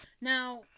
Now